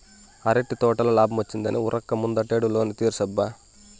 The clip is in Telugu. అరటి తోటల లాబ్మొచ్చిందని ఉరక్క ముందటేడు లోను తీర్సబ్బా